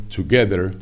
together